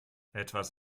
etwas